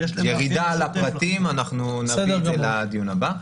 ירידה לפרטים, נביא את זה לדיון הבא.